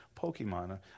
Pokemon